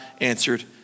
answered